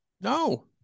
No